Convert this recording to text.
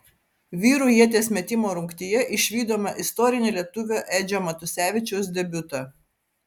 vyrų ieties metimo rungtyje išvydome istorinį lietuvio edžio matusevičiaus debiutą